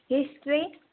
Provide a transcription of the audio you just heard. history